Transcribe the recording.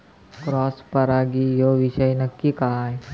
Cross परागी ह्यो विषय नक्की काय?